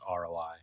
ROI